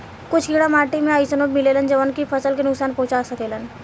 कुछ कीड़ा माटी में अइसनो मिलेलन जवन की फसल के नुकसान पहुँचा सकेले